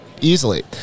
easily